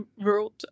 world